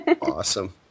Awesome